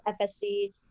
FSC